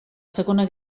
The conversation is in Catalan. segona